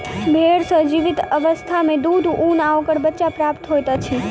भेंड़ सॅ जीवित अवस्था मे दूध, ऊन आ ओकर बच्चा प्राप्त होइत अछि